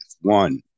One